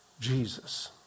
jesus